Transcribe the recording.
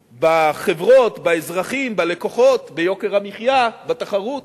בחברות, באזרחים, בלקוחות, ביוקר המחיה, בתחרות,